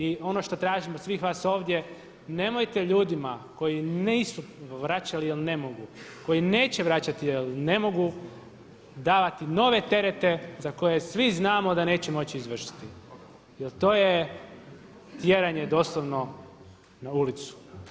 I ono što tražim od svih vas ovdje, nemojte ljudima koji nisu vraćali jer ne mogu, koji neće vraćati jel ne mogu davati nove terete za koje svi znamo da neće moći izvršiti jel to je tjeranje doslovno na ulicu.